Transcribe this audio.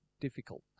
difficult